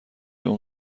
اون